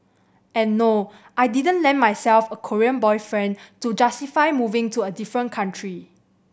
and no I didn't land myself a Korean boyfriend to justify moving to a different country